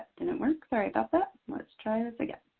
didn't work. sorry about that. let's try this again.